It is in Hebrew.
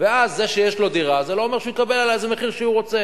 ואז זה שיש לו דירה זה לא אומר שהוא יקבל עליה איזה מחיר שהוא רוצה,